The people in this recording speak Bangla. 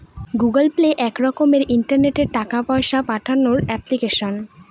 গুগল পে এক রকমের ইন্টারনেটে টাকা পয়সা পাঠানোর এপ্লিকেশন